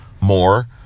more